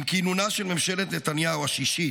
עם כינונה של ממשלת נתניהו השלישית,